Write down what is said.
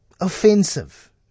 offensive